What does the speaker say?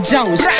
Jones